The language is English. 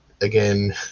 again